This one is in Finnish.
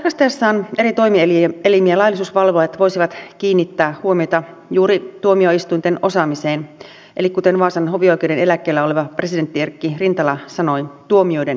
tarkastaessaan eri toimielimiä laillisuusvalvojat voisivat kiinnittää huomiota juuri tuomioistuinten osaamiseen eli kuten vaasan hovioikeuden eläkkeellä oleva presidentti erkki rintala sanoi tuomioiden hyvyyteen